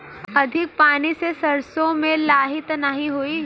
अधिक पानी से सरसो मे लाही त नाही होई?